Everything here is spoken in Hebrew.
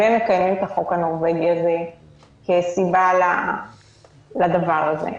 ומקיימים את החוק הנורווגי הזה כי יש סיבה לדבר הזה.